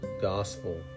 gospel